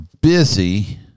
busy